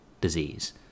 disease